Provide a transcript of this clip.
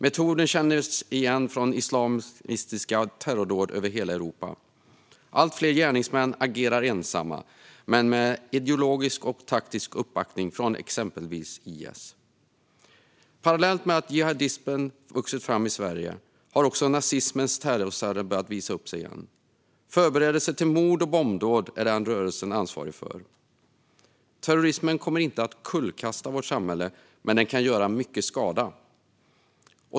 Metoden känns igen från islamistiska terrordåd över hela Europa. Allt fler gärningsmän agerar ensamma men med ideologisk och taktisk uppbackning från exempelvis IS. Parallellt med att jihadismen vuxit fram i Sverige har också nazismens terrorceller börjat visa upp sig igen. Förberedelser till mord och bombdåd är den rörelsen ansvarig för. Terrorismen kommer inte att kullkasta vårt samhälle, men den kan göra mycket skada.